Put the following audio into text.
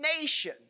nation